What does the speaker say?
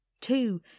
Two